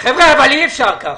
חברים, אי אפשר כך.